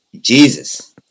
Jesus